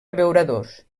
abeuradors